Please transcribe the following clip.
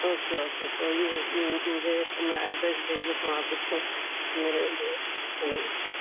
okay okay تو یہ مجھے میں ایڈریس بھیج دیتا ہوں آپ اس کو میرے لیے یعنی